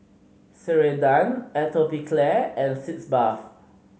Ceradan Atopiclair and Sitz Bath